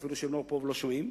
אפילו שהם לא פה ולא שומעים,